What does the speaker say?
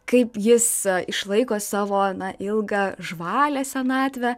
kaip jis išlaiko savo na ilgą žvalią senatvę